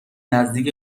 نزدیک